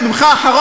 אני לא אוציא אותו,